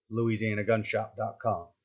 louisianagunshop.com